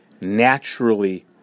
naturally